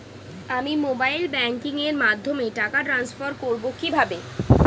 আমি mobile banking এর মাধ্যমে টাকা টান্সফার করব কিভাবে?